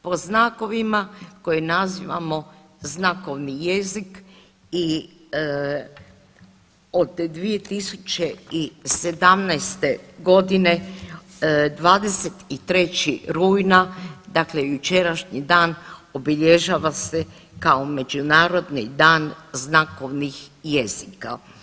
Po znakovima koje nazivamo znakovni jezik i od te 2017. godine 23. rujna, dakle jučerašnji dan obilježava se kao Međunarodni dan znakovnih jezika.